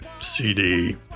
CD